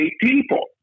people